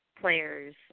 players